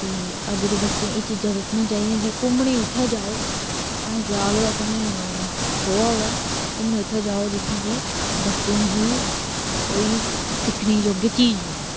ते अज्ज दे बच्चे गी एह् चीजां दस्सना चाहिदियां घूमने गी उत्थै जाओ भाएं स्याल होऐ भांए सोहा होऐ घूमने गी उत्थै जाओ जित्थै कि बच्चें गी कोई सिक्खने योग्य चीज मिलै